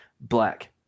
Black